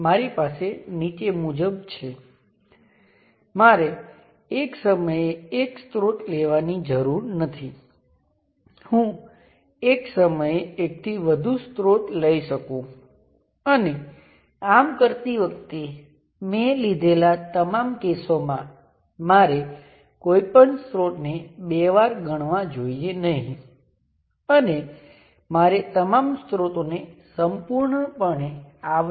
જો આપણે આ કર્યું હોય તો પછી આ સર્કિટની લિનિયરતા દ્વારા આપણે જાણીએ છીએ કે અહીં આ ટર્મિનલ્સમાં તેમજ સર્કિટમાં દરેક જગ્યાએ વીજકરંટ માત્ર V1 ના પ્રપોશનલ માં હશે તેવી જ રીતે જો હું માત્ર જમણી બાજુએ વોલ્ટેજ સોર્સ લાગુ કરું તે V2 છે તો પછી આ ટર્મિનલ્સમાં પ્રવાહો V2 ના પ્રપોશનલ માં હશે તેમજ સર્કિટમાં અન્ય દરેક જગ્યાએ પણ V2 ના પ્રપોશનલ માં હશે